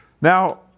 Now